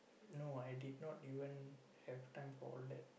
no I did not even have time for all that